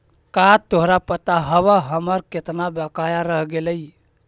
का तोरा पता हवअ हमर केतना बकाया रह गेलइ